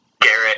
Garrett